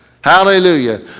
Hallelujah